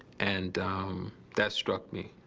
and um that struck me.